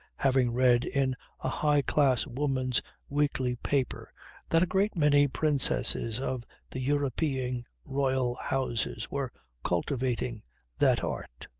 having read in a high-class woman's weekly paper that a great many princesses of the european royal houses were cultivating that art.